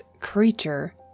creature